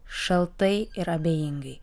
šaltai ir abejingai